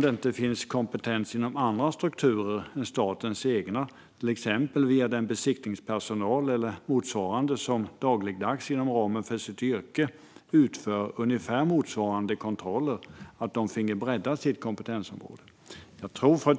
Det finns kanske kompetens inom andra strukturer än statens egna, till exempel hos besiktningspersonal eller motsvarande, som dagligdags inom ramen för sitt yrke utför ungefär motsvarande kontroller. De kunde kanske kunna få bredda sitt kompetensområde? Jag tror